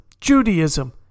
Judaism